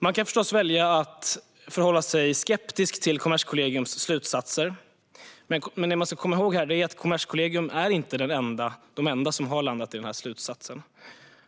Man kan förstås välja att förhålla sig skeptisk till Kommerskollegiums slutsatser, men man ska komma ihåg att Kommerskollegium inte är de enda som har landat i den här slutsatsen.